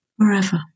forever